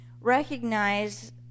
recognize